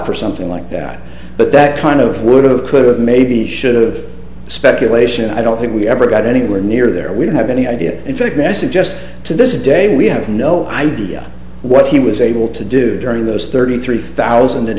for something like that but that kind of would have could have maybe should of speculation i don't think we ever got anywhere near there we don't have any idea if it message just to this day we have no idea what he was able to do during those thirty three thousand and